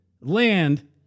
land